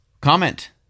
Comment